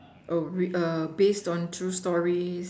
oh err based on true story